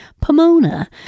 Pomona